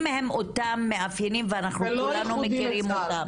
הם אותם המאפיינים ואנחנו כולנו מכירים אותם.